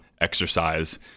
exercise